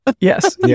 Yes